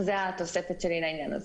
זאת התוספת שלי לעניין.